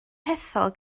hethol